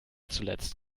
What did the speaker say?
zuletzt